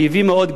חיובי מאוד,